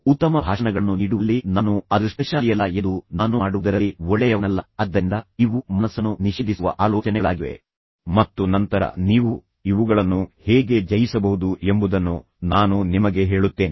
ಉತ್ತಮ ಭಾಷಣಗಳನ್ನು ನೀಡುವಲ್ಲಿ ನಾನು ಅದೃಷ್ಟಶಾಲಿಯಲ್ಲ ಎಂದು ನಾನು ಮಾಡುವುದರಲ್ಲಿ ಒಳ್ಳೆಯವನಲ್ಲ ಆದ್ದರಿಂದ ಇವು ಮನಸ್ಸನ್ನು ನಿಷೇಧಿಸುವ ಆಲೋಚನೆಗಳಾಗಿವೆ ಮತ್ತು ನಂತರ ನೀವು ಇವುಗಳನ್ನು ಹೇಗೆ ಜಯಿಸಬಹುದು ಎಂಬುದನ್ನು ನಾನು ನಿಮಗೆ ಹೇಳುತ್ತೇನೆ